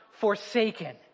forsaken